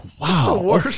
wow